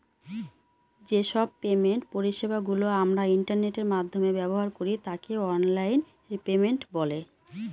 যে সব পেমেন্ট পরিষেবা গুলো আমরা ইন্টারনেটের মাধ্যমে ব্যবহার করি তাকে অনলাইন পেমেন্ট বলে